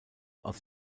aus